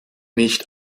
nicht